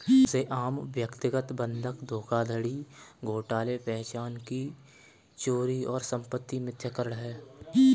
सबसे आम व्यक्तिगत बंधक धोखाधड़ी घोटाले पहचान की चोरी और संपत्ति मिथ्याकरण है